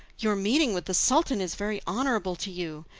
your meeting with the sultan is very honourable to you,